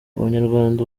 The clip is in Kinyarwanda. abanyarwanda